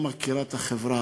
גם מכירה את החברה.